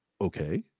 Okay